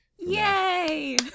Yay